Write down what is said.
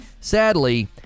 sadly